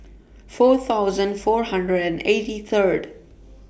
four thousand four hundred and eighty Third